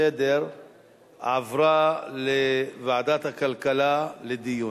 להצעה לסדר-היום ולהעביר את הנושא לוועדת הכלכלה נתקבלה.